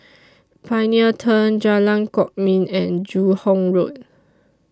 Pioneer Turn Jalan Kwok Min and Joo Hong Road